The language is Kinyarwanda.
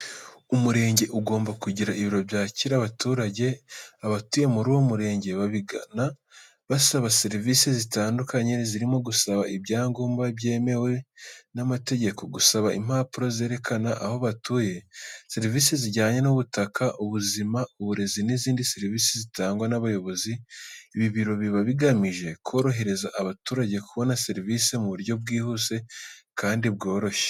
Umurenge ugomba kugira ibiro byakira abaturage, abatuye muri uwo murenge babigana basaba serivise zitandukanye zirimo gusaba ibyangombwa byemewe n'amategeko, gusaba impapuro zerekana aho batuye, serivise zijyanye n'ubutaka, ubuzima, uburezi n'izindi serivise zitangwa n'abayobozi. Ibi biro biba bigamije korohereza abaturage kubona serivise mu buryo bwihuse kandi bworoshye.